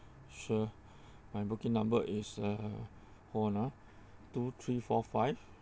sure my booking number is uh hold one ah two three four five